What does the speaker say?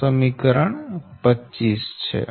આ સમીકરણ 25 છે